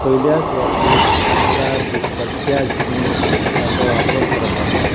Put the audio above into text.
पयल्या सुवातेर आमच्या दिसपट्ट्या जिणेंत ताचो वापर करपाक जाय